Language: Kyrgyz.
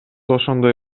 ошондой